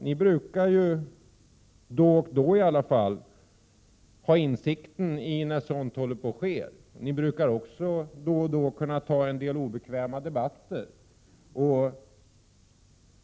Ni brukar i alla fall då och då ha insikt i när sådant håller på att ske, och ni brukar också då och då kunna ta en del obekväma debatter.